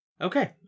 Okay